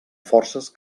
forces